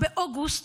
באוגוסט,